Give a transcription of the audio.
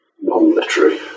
non-literary